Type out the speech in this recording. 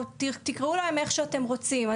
תקראו להם איך שאתם רוצים,